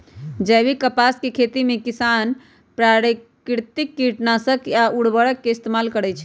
जैविक कपास के खेती में किसान प्राकिरतिक किटनाशक आ उरवरक के इस्तेमाल करई छई